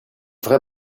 vrai